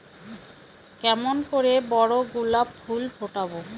কেমন করে বড় গোলাপ ফুল ফোটাব?